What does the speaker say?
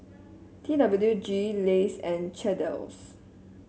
T W G Lays and Chesdale